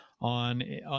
on